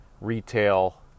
retail